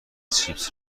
چیپس